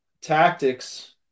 Tactics